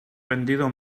vendido